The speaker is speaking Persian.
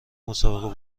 مسابقه